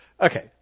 Okay